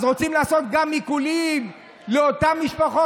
אז רוצים לעשות גם עיקולים לאותן משפחות.